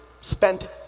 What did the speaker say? spent